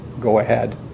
go-ahead